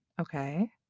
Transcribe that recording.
okay